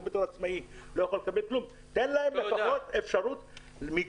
כעצמאים לא יכולים לקבל כלחם תן להם לפחות אפשרות מיגון.